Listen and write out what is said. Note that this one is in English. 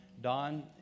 don